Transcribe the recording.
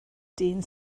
dyn